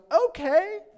okay